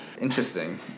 interesting